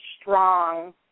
strong